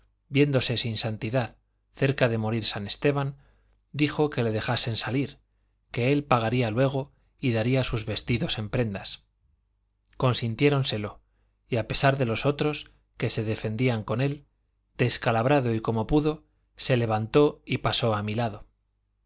viéndose sin santidad cerca de morir san esteban dijo que le dejasen salir que él pagaría luego y daría sus vestidos en prendas consintiéronselo y a pesar de los otros que se defendían con él descalabrado y como pudo se levantó y pasó a mi lado